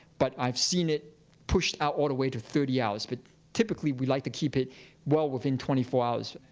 but i've seen it pushed out all the way to thirty hours. but typically we like to keep it well within twenty four hours.